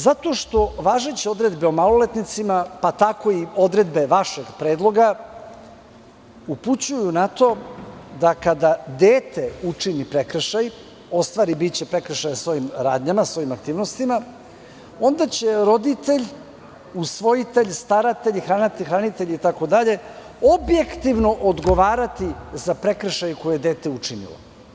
Zato što važeće odredbe o maloletnicima, a tako i odredbe vašeg predloga, upućuju na to da kada dete učini prekršaj, ostvari prekršaj svojim radnjama i svojim aktivnostima, onda će roditelj, usvojitelj, staratelj ili hranitelj objektivno odgovarati za prekršaj koji je dete učinilo.